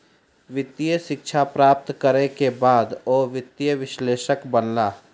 वित्तीय शिक्षा प्राप्त करै के बाद ओ वित्तीय विश्लेषक बनला